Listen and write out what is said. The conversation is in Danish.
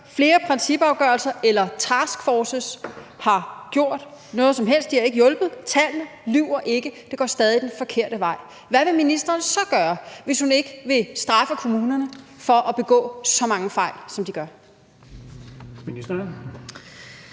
flere principafgørelser eller taskforces har gjort noget som helst – det har ikke hjulpet. Tallene lyver ikke, det går stadig den forkerte vej. Hvad vil ministeren så gøre, hvis hun ikke vil straffe kommunerne for at begå så mange fejl, som de gør?